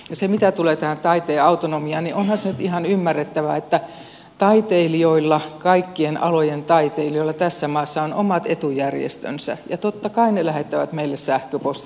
ja mitä tulee tähän taiteen autonomiaan niin onhan se nyt ihan ymmärrettävää että taiteilijoilla kaikkien alojen taiteilijoilla tässä maassa on omat etujärjestönsä ja totta kai ne lähettävät meille sähköpostia